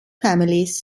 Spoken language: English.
families